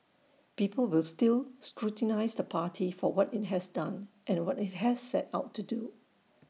people will still scrutinise the party for what IT has done and what IT has set out to do